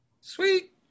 Sweet